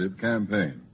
campaign